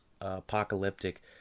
apocalyptic